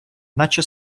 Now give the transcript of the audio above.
наче